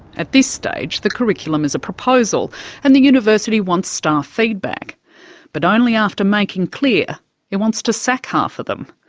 at this stage, the curriculum is a proposal and the university wants staff feedback but only after making clear it wants to sack half of them.